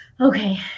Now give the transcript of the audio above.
okay